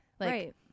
Right